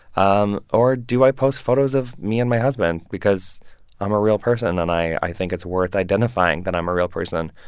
um or do i post photos of me and my husband because i'm a real person, and i think it's worth identifying that i'm a real person?